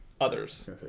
others